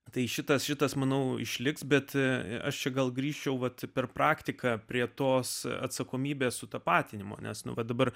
tai šitas šitas manau išliks bet aš čia gal grįžčiau vat per praktiką prie tos atsakomybės sutapatinimo nes nu va dabar